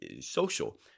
social